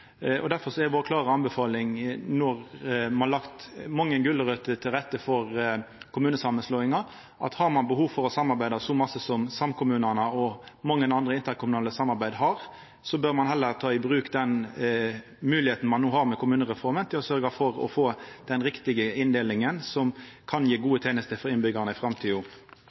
er den klare anbefalinga vår – når me har lagt mange gulrøter til rette for kommunesamanslåinga – at har ein behov for å samarbeida så mykje som samkommunane og mange andre interkommunale samarbeid gjer, bør ein heller bruka den moglegheita ein no har med kommunereforma, til å sørgja for å få den riktige inndelinga, som kan gje gode tenester for innbyggjarane i framtida.